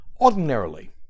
Ordinarily